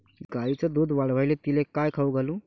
गायीचं दुध वाढवायले तिले काय खाऊ घालू?